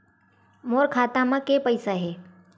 मोर खाता म के पईसा हे?